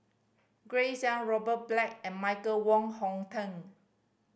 Grace Young Robert Black and Michael Wong Hong Teng